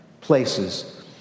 places